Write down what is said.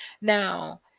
Now